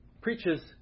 preaches